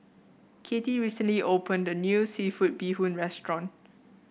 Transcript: Kathie recently opened a new seafood Bee Hoon restaurant